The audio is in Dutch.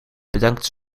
bedankte